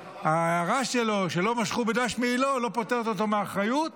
וההערה שלו שלא משכו בדש מעילו לא פוטרת אותו מאחריות.